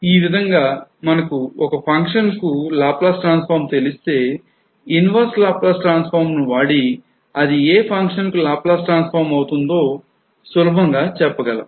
ఈ విధంగా మనకు ఒక function కు Laplace transform తెలిస్తే inverse Laplace transform ను వాడి అది ఏ function కు laplace transform అవుతుందో సులభంగా చెప్పగలం